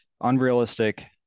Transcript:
unrealistic